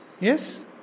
Yes